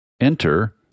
Enter